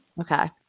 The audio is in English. Okay